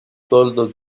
toldos